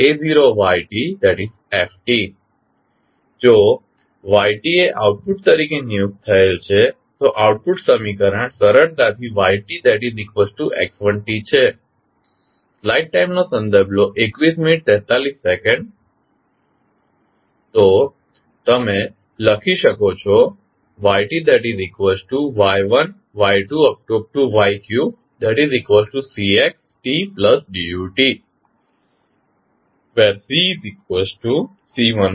a1dytdta0ytft જો yt એ output તરીકે નિયુક્ત થયેલ છે તો આઉટપુટ સમીકરણ સરળાતાથી ytx1tછે